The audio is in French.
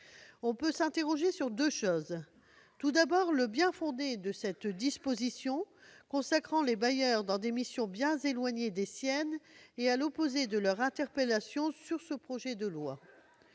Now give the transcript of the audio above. On peut s'interroger, d'une part, sur le bien-fondé de cette disposition consacrant les bailleurs dans des missions bien éloignées des leurs et à l'opposé de leurs interpellations sur ce projet de loi